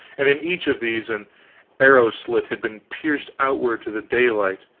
and in each of these an arrow-slit had been pierced outward to the daylight,